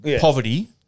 poverty